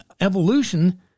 evolution